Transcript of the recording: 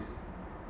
s~